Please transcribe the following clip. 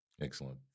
Excellent